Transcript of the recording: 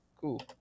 cool